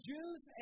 Jews